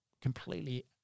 completely